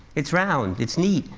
it's round, it's neat.